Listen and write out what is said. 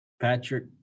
Patrick